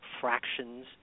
fractions